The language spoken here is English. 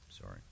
Sorry